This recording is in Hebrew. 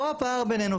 פה הפער בינינו.